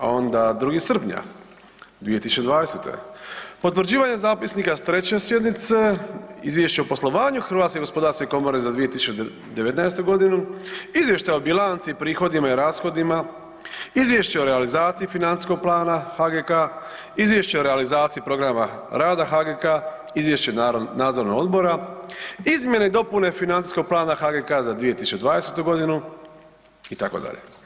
A onda 2. srpnja 2020. potvrđivanje Zapisnika s 3. sjednice, Izvješće o poslovanju HGK za 2019. g., Izvještaj o bilanci i prihodima i rashodima, Izvješće o realizaciji Financijskog plana HGK, Izvješće o realizaciji Programa rada HGK, Izvješće Nadzornog odbora, izmjene i dopune Financijskog plana HGK za 2020. g., itd.